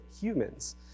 humans